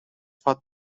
pot